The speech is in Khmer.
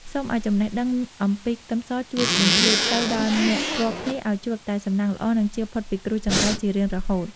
សូមឱ្យចំណេះដឹងអំពីខ្ទឹមសជួយបំភ្លឺផ្លូវដល់អ្នករាល់គ្នាឱ្យជួបតែសំណាងល្អនិងចៀសផុតពីគ្រោះចង្រៃជារៀងរហូត។